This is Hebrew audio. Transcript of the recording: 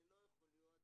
זה לא יכול להיות,